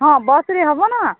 ହଁ ବସ୍ରେ ହେବନା